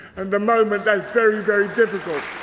and the moment, that's very, very difficult.